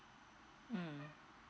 mm